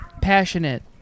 Passionate